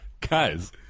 Guys